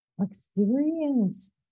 experienced